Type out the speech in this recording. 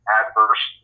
adverse